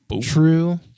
true